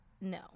no